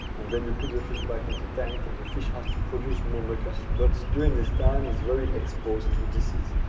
and then you put the fish back in the tank and the fish has to produce more mucus, but during this time, it's very exposed to disease.